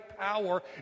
power